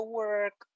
work